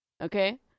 okay